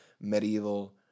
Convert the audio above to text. medieval